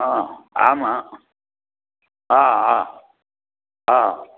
ஆ ஆமாம் ஆ ஆ ஆ